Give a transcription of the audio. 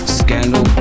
scandal